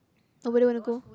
I wouldn't want to go